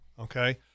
okay